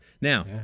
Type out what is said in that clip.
Now